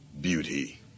beauty